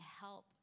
help